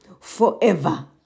forever